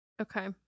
Okay